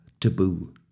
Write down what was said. taboo